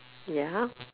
ya